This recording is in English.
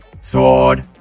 sword